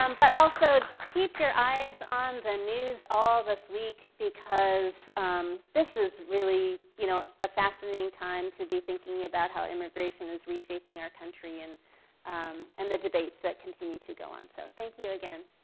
um but also keep your eyes on the news all this week because this is really you know a fascinating time to be thinking about how immigration is reshaping our country and and the debates that continue to go on. so thank you again.